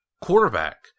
quarterback